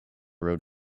road